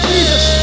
Jesus